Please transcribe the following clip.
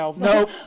No